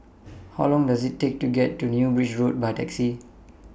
How Long Does IT Take to get to New Bridge Road By Taxi